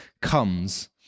comes